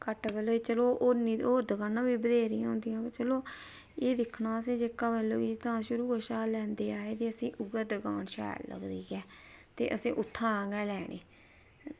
चलो होर बी दकाना बत्हेरियां होंदियां बाऽ चलो ते एह् दिक्खना कि जेह्ड़ा अस शुरू थमां गै लैंदे आए दे ते असेंगी उ'ऐ दकान शैल लगदी ऐ ते असें उत्थां गै लैने